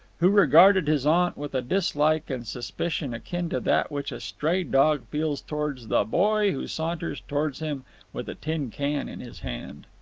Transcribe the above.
who regarded his aunt with a dislike and suspicion akin to that which a stray dog feels towards the boy who saunters towards him with a tin can in his hand.